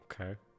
Okay